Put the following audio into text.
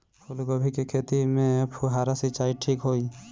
फूल गोभी के खेती में फुहारा सिंचाई ठीक होई?